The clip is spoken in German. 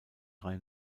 drei